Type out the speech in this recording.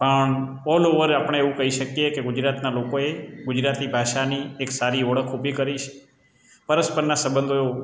પણ ઓલઓવર આપણે એવું કહી શકીએ કે ગુજરાતના લોકોએ ગુજરાતી ભાષાની એક સારી ઓળખ ઊભી કરી છે પરસ્પરના સબંધો